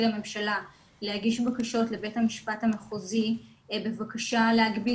לממשלה להגיש בקשות לבית המשפט המחוזי בבקשה להגביל